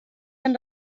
wenn